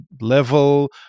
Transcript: level